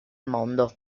mondo